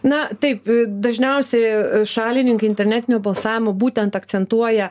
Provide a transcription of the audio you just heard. na taip dažniausiai šalininkai internetinio balsavimo būtent akcentuoja